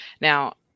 now